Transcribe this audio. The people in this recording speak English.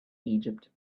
egypt